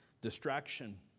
distraction